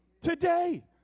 today